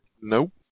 nope